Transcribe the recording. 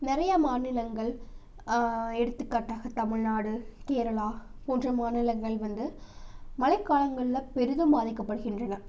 நிறைய மாநிலங்கள் எடுத்துக்காட்டாக தமிழ்நாடு கேரளா போன்ற மாநிலங்கள் வந்து மழைக்காலங்கள்ல பெரிதும் பாதிக்கப்படுகின்றன